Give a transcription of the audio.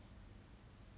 you can just be like